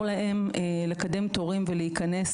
והוא סיפר לי על ילדים שאין להם אוכל בבית ספר,